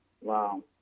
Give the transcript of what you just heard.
Wow